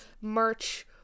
merch